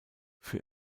für